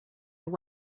your